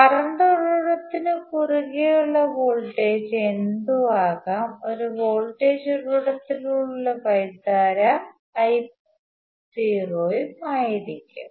current ഉറവിടത്തിനു കുറുകെ ഉള്ള വോൾട്ടേജ് എന്തും ആകാം ഒരു വോൾട്ടേജ് ഉറവിടത്തിലൂടെയുള്ള വൈദ്യുതധാര Io ആയിരിക്കും